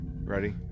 Ready